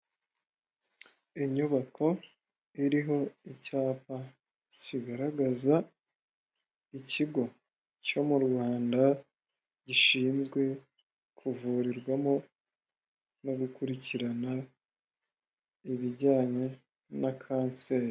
Inyubako iriho icyapa kigaragaza ikigo cyo mu Rwanda gishinzwe kuvurirwamo no gukurikirana ibijyanye na kanseri.